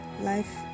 Life